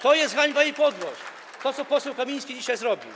To jest hańba i podłość to, co poseł Kamiński dzisiaj zrobił.